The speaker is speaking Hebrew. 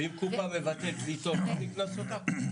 ואם קופה מבטלת לי תור צריך לקנוס אותה.